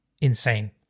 insane